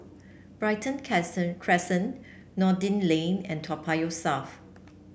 Brighton Crescent Noordin Lane and Toa Payoh South